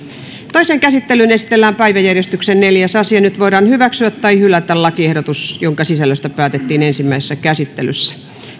toiseen käsittelyyn esitellään päiväjärjestyksen neljäs asia nyt voidaan hyväksyä tai hylätä lakiehdotus jonka sisällöstä päätettiin ensimmäisessä käsittelyssä